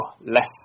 less